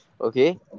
Okay